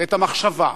ואת המחשבה,